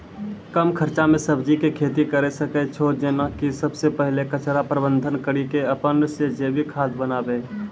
कम खर्च मे सब्जी के खेती करै सकै छौ जेना कि सबसे पहिले कचरा प्रबंधन कड़ी के अपन से जैविक खाद बनाबे?